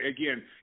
again